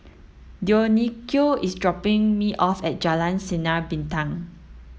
Dionicio is dropping me off at Jalan Sinar Bintang